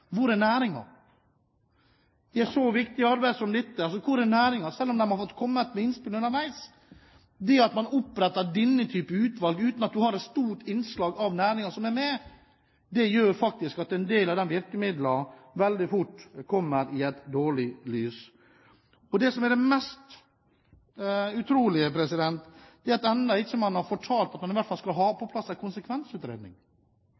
Hvor er næringen? I et så viktig arbeid som dette, hvor er næringen – selv om de har fått komme med innspill underveis? Det at man oppretter denne type utvalg uten at et stort innslag av næringen er med, gjør at en del av disse virkemidlene veldig fort kommer i et dårlig lys. Og det som er det mest utrolige, er at man ennå ikke har fortalt at man i hvert fall skal ha